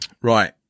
Right